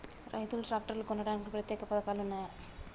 రైతులు ట్రాక్టర్లు కొనడానికి ప్రత్యేక పథకాలు ఉన్నయా?